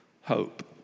hope